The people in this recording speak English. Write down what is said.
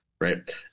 Right